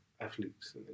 athletes